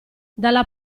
dalla